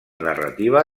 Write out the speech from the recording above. narrativa